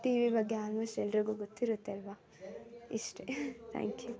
TV ಬಗ್ಗೆ almost ಎಲ್ಲರಿಗು ಗೊತ್ತಿರುತ್ತೆ ಅಲ್ವ ಇಷ್ಟೆ ತ್ಯಾಂಕ್ ಯು